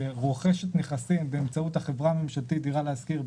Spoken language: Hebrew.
שרוכשת נכסים באמצעות החברה הממשלתית דירה להשכיר,